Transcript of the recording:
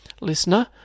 listener